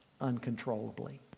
uncontrollably